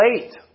late